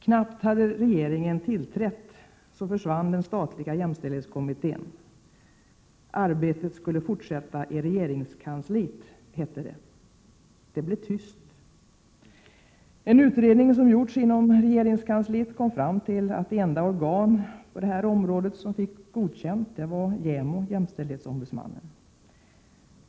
Knappt hade regeringen tillträtt förrän den statliga jämställdhetskommittén försvann. Arbetet skulle fortsätta i regeringskansliet, hette det. Det blev tyst. En utredning som gjorts inom regeringskansliet kom fram till att det enda organ som fick godkänt var JämO —- jämställdhetsombudsmannen.